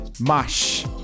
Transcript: Mash